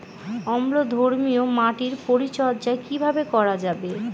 অম্লধর্মীয় মাটির পরিচর্যা কিভাবে করা যাবে?